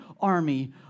army